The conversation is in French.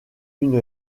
une